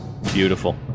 Beautiful